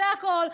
זה הכול.